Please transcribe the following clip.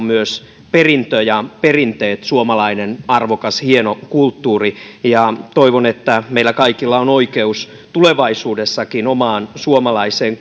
myös perintö ja perinteet suomalainen arvokas hieno kulttuuri toivon että meillä kaikilla on oikeus tulevaisuudessakin omaan suomalaiseen